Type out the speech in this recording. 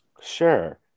sure